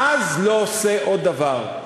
ואז לא עושה עוד דבר.